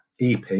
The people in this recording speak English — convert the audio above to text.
EP